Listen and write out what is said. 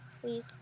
please